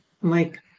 Mike